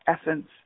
essence